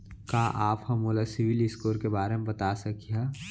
का आप हा मोला सिविल स्कोर के बारे मा बता सकिहा?